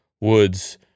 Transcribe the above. Woods